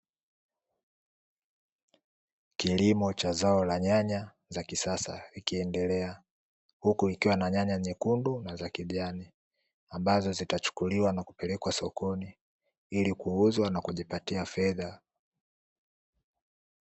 Kilimo cha zao la nyanya za kisasa, ikiendelea, huku ikiwa na nyanya nyekundu na za kijani ambazo zitachukuliwa na kupelekwa sokoni, ili kuuzwa na kujipatia fedha.